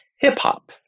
hip-hop